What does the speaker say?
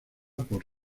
por